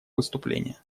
выступление